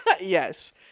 Yes